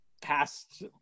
past